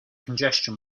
congestion